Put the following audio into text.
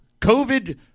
COVID